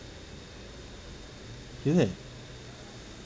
is it